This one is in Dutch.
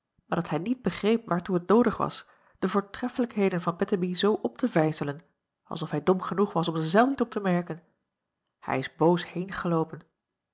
maar dat hij niet begreep waartoe het noodig was de voortreffelijkheden van bettemie zoo op te vijzelen als of hij dom genoeg was om ze zelf niet op te merken hij is boos